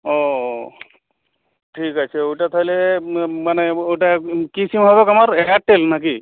ও ঠিক আছে ওটা তাহলে মানে ওটা কী সিম হবে তোমার এয়ারটেল নাকি